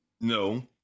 No